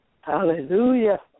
Hallelujah